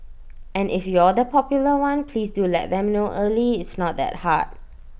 and if you're the popular one please do let them know early it's not that hard